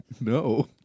No